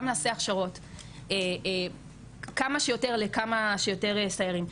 גם אם נעשה כמה שיותר הכשרות לכמה שיותר סיירים,